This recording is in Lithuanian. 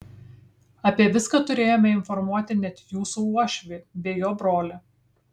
apie viską turėjome informuoti net jūsų uošvį bei jo brolį